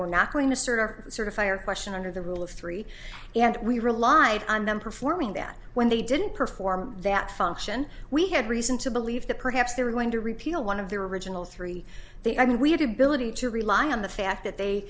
were not going to serve our sort of fire question under the rule of three and we relied on them performing that when they didn't perform that function we had reason to believe that perhaps they were going to repeal one of their original three they i mean we had ability to rely on the fact that they